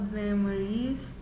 memories